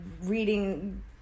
reading